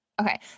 Okay